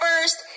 first